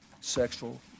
sexual